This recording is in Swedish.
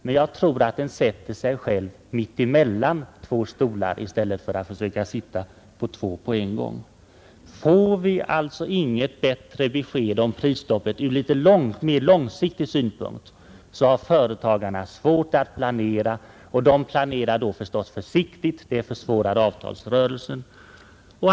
Men jag tror att den sätter sig själv mitt emellan två stolar i stället för att lyckas sitta på bägge på en gång. För får vi inget bättre besked om prisstoppet ur litet mer långsiktig synpunkt, så har företagarna svårt att planera, och de planerar då förstås försiktigt. Det försvårar avtalsrörelsen.